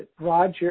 Roger